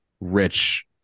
rich